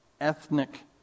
ethnic